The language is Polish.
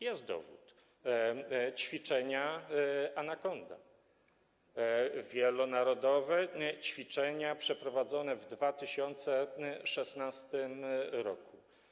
Jest dowód - ćwiczenia Anakonda, wielonarodowe ćwiczenia przeprowadzone w 2016 r.